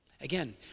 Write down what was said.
Again